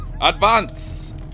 Advance